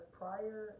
prior